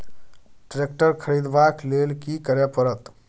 Tractor खरीदबाक लेल की करय परत?